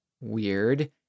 weird